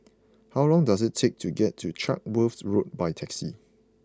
how long does it take to get to Chatsworth Road by taxi